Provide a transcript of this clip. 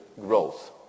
growth